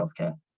healthcare